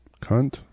Cunt